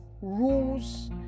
rules